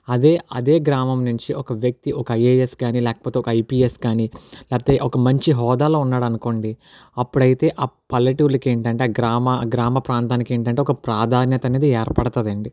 అదే అదే గ్రామం నుంచి ఒక వ్యక్తి ఒక ఐఏఎస్ గాని కానీ లేకపోతే ఒక ఐపీఎస్ కానీ లేకపోతే ఒక మంచి హోదాలో ఉన్నాడు అనుకోండి అప్పుడైతే ఆ పల్లెటూళ్ళకి ఏమిటంటే గ్రామ గ్రామ ప్రాంతానికి ఏమిటంటే ఒక ప్రాధాన్యత అనేది ఏర్పడుతుంది అండి